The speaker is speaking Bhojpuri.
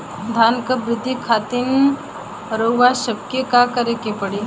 धान क वृद्धि खातिर रउआ सबके का करे के पड़ी?